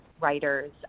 writers